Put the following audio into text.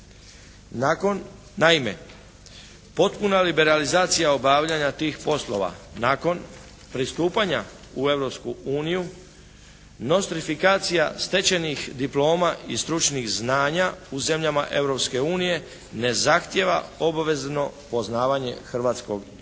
Nakon, naime potpuna liberalizacija obavljanja tih poslova nakon pristupanja u Europsku uniju, nostrifikacija stečenih diploma i stručnih znanja u zemljama Europske unije ne zahtjeva obvezno poznavanje hrvatskog jezika.